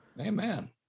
Amen